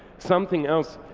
something else,